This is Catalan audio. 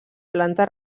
planta